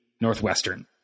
Northwestern